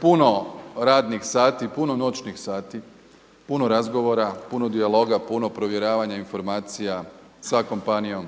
Puno radnih sati, puno noćnih sati, puno razgovora, puno dijaloga, puno provjeravanje informacija sa kompanijom,